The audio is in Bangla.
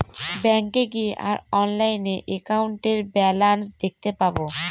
ব্যাঙ্কে গিয়ে আর অনলাইনে একাউন্টের ব্যালান্স দেখতে পাবো